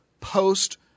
post